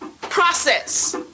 process